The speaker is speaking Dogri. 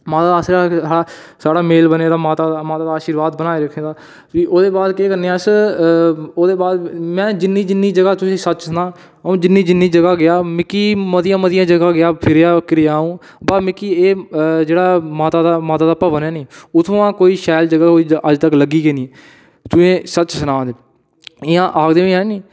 माता दा आर्शिबाद हा साढ़ा मेल बनेदा माता दा आर्शिवाद बनाए रक्खेदा ओह् दे बाद केह् करने अस ओह्दे बाद में जिन्नी जिन्नी जगह् तुसेंगी सच्च सनां जिन्नी जिन्नी जगह् गेआ मिकी मतियां मतियां जगह् गेआ फिरेआ पर मिगी जेह्ड़ा माता दा माता दा भवन ऐ नेई उत्थु'आं दा कोई शैल जगह् अज्ज तक्कर लग्गी गै नेई सच्च सना ते जियां आखदे बी ऐ नीं